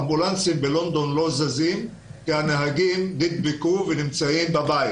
אמבולנסים בלונדון לא זזים כי הנהגים נדבקו והם בבית.